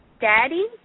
Daddy